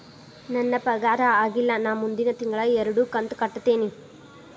ನನ್ನ ಪಗಾರ ಆಗಿಲ್ಲ ನಾ ಮುಂದಿನ ತಿಂಗಳ ಎರಡು ಕಂತ್ ಕಟ್ಟತೇನಿ